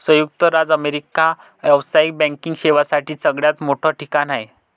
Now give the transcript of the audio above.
संयुक्त राज्य अमेरिका व्यावसायिक बँकिंग सेवांसाठी सगळ्यात मोठं ठिकाण आहे